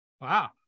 Wow